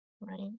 right